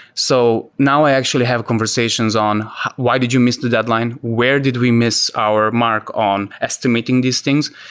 so now i actually have conversations on why did you miss the deadline? where did we miss our mark on estimating these things?